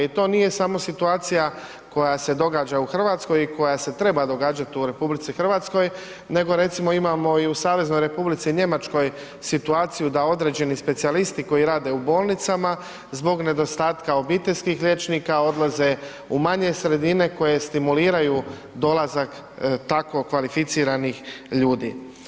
I to nije samo situacija koja se događa u RH i koja se treba događat u RH nego recimo imamo i u SR Njemačkoj situaciju da određeni specijalisti koji rade u bolnicama zbog nedostatka obiteljskih liječnika odlaze u manje sredine koje stimuliraju dolazak tako kvalificiranih ljudi.